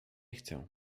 chcę